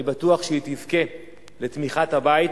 אני בטוח שהיא תזכה לתמיכת הבית.